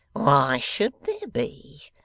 why should there be?